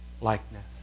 likeness